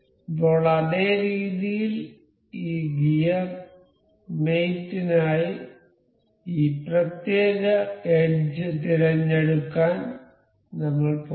ഇപ്പോൾ അതേ രീതിയിൽ ഈ ഗിയർ മേറ്റ് നായി ഈ പ്രത്യേക എഡ്ജ് തിരഞ്ഞെടുക്കാൻ നമ്മൾ പോകും